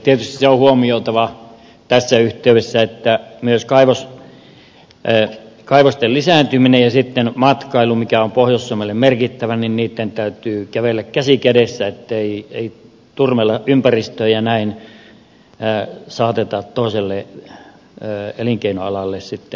tietysti se on huomioitava tässä yhteydessä että kaivosten lisääntymisen ja matkailun mikä on pohjois suomelle merkittävää täytyy kävellä käsi kädessä ettei turmella ympäristöä ja näin saateta toiselle elinkeinoalalle hallaa